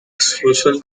social